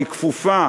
היא כפופה